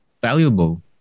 valuable